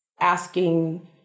asking